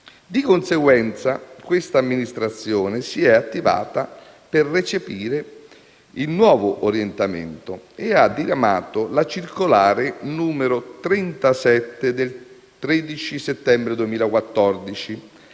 Di conseguenza, questa amministrazione si è attivata per recepire il nuovo orientamento e ha diramato la circolare n. 37 del 13 settembre 2014